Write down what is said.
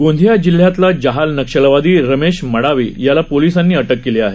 गोंदिया जिल्ह्यातला जहाल नक्षलवादी रमेश मडावी याला पोलिसांनी अटक केली आहे